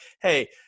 hey